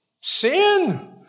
Sin